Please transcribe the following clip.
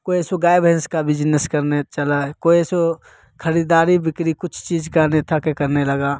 कोई जैसे गाय भैंस का बिजनेस करने चला कोई जैसे खरीदारी बिक्री कुछ चीज़ अन्यथा करने लगा